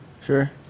Sure